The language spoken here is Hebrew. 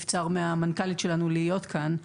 נבצר מן המנכ"לית שלנו, טליה לבנון, להיות כאן.